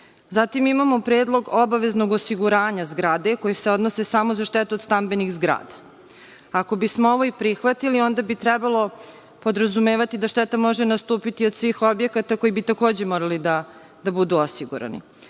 imamo predlog obaveznog osiguranja zgrade, koji se odnosi samo na štetu stambenih zgrada. Ako bismo ovo prihvatili onda bi trebalo podrazumevati da šteta može nastupiti od svih objekata koji bi takođe morali biti osigurani.